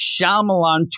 Shyamalan